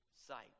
sight